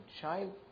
child